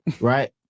Right